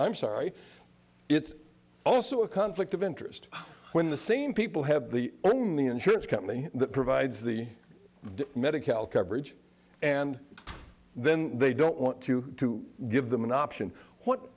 i'm sorry it's also a conflict of interest when the same people have the only insurance company that provides the medical coverage and then they don't want to give them an option what